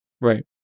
Right